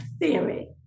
theory